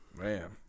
Man